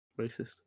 Racist